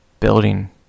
Building